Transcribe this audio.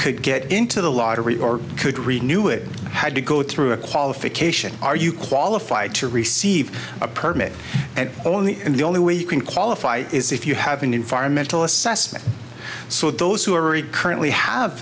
could get into the lottery or could read knew it had to go through a qualification are you qualified to receive a permit and only and the only way you can qualify is if you have an environmental assessment so those who are currently have